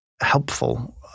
helpful